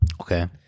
Okay